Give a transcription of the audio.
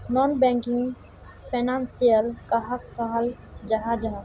Non banking financial कहाक कहाल जाहा जाहा?